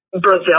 Brazil